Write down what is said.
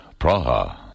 Praha. (